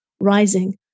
rising